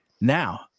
Now